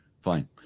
fine